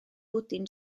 bwdin